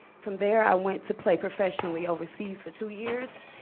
from there, i went to play professionally overseas for two years,